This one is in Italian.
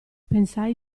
pensai